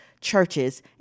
churches